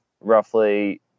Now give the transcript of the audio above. roughly